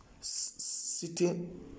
sitting